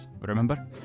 remember